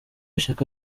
shyaka